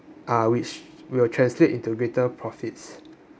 uh which will translate into greater profits